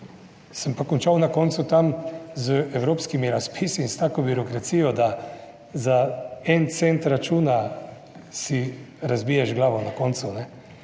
Sem pa končal na koncu tam z evropskimi razpisi in s tako birokracijo, da za en cent računa si razbiješ glavo na koncu.